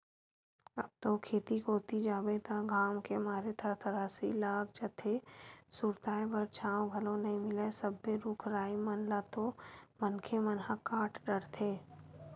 अब तो खेत कोती जाबे त घाम के मारे थरथरासी लाग जाथे, सुरताय बर छांव घलो नइ मिलय सबे रुख राई मन ल तो मनखे मन ह काट डरथे